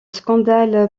scandale